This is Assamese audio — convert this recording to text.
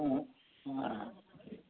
অঁ অঁ অঁ